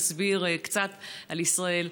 להסביר קצת על ישראל.